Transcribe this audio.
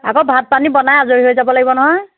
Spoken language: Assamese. আকৌ ভাত পানী বনাই আজৰি হৈ যাব লাগিব নহয়